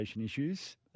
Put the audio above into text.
issues